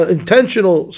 intentional